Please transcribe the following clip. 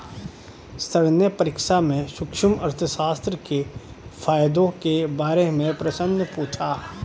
sir ने परीक्षा में सूक्ष्म अर्थशास्त्र के फायदों के बारे में प्रश्न पूछा